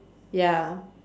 ya